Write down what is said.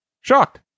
Shocked